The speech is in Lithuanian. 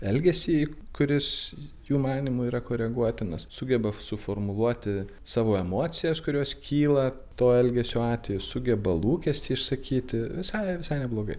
elgesį kuris jų manymu yra koreguotinas sugeba suformuluoti savo emocijas kurios kyla to elgesio atveju sugeba lūkestį išsakyti visai visai neblogai